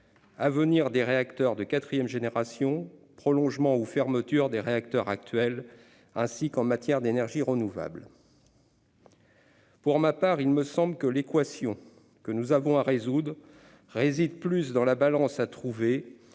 avenir des réacteurs de quatrième génération, prolongement ou fermeture des réacteurs actuels -, ainsi qu'en matière d'énergies renouvelables. Pour ma part, il me semble que l'équation que nous avons à résoudre réside plus dans la balance à trouver